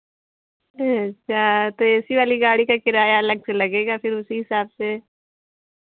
अच्छा तो A C वाली गाड़ी का किराया अलग से लगेगा फिर उसी हिसाब से